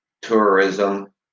Tourism